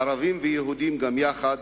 ערבים ויהודים גם יחד.